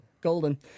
Golden